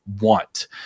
want